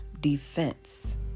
defense